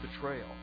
betrayal